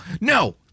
No